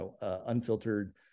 unfiltered